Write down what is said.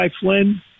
Flynn